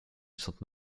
sainte